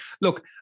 look